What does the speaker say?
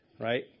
right